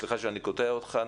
סליחה שאני קוטע אותך,